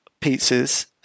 pizzas